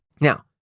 now